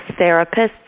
therapists